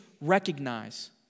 recognize